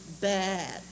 bad